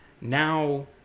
now